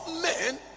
men